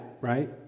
right